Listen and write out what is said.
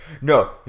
No